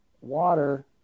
Water